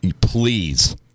please